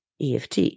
EFT